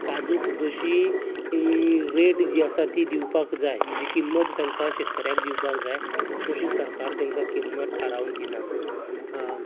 काजूंक जशीं रेट जी आसा ती दिवपाक जाय म्हणजे किंमत तांका शेतकऱ्यांक दिवपाक जाय तशें सरकार तेंका किंमत थारावन दिना